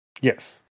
Yes